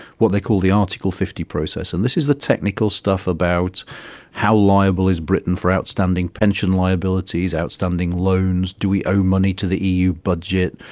what they call the article fifty process, and this is the technical stuff about how liable is britain for outstanding pension liabilities, outstanding loans, do we owe money to the eu budget,